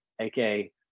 aka